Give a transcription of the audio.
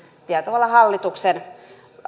tietyllä tavalla hallituksen